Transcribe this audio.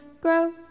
grow